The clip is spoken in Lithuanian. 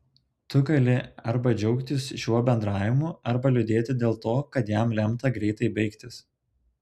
tu gali arba džiaugtis šiuo bendravimu arba liūdėti dėl to kad jam lemta greitai baigtis